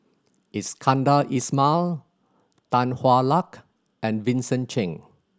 Iskandar Ismail Tan Hwa Luck and Vincent Cheng